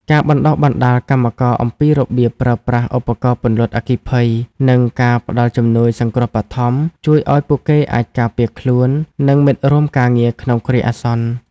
ការបណ្ដុះបណ្ដាលកម្មករអំពីរបៀបប្រើប្រាស់ឧបករណ៍ពន្លត់អគ្គិភ័យ និងការផ្ដល់ជំនួយសង្គ្រោះបឋម ជួយឱ្យពួកគេអាចការពារខ្លួន និងមិត្តរួមការងារក្នុងគ្រាអាសន្ន។